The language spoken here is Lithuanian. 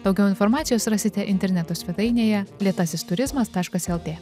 daugiau informacijos rasite interneto svetainėje lėtasis turizmas taškas lt